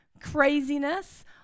craziness